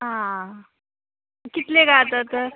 आं कितलेक आं तर तर